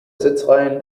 sitzreihen